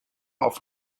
auf